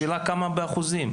השאלה כמה באחוזים?